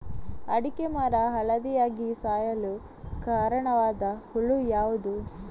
ಅಡಿಕೆ ಮರ ಹಳದಿಯಾಗಿ ಸಾಯಲು ಕಾರಣವಾದ ಹುಳು ಯಾವುದು?